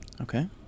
okay